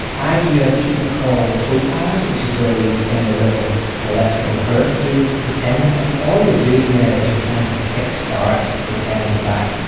i do a treatment called topaz which is where we send a little electrical current through the the tendon, and all you're doing there is you're trying to kickstart the tendon back.